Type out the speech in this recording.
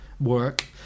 Work